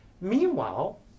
Meanwhile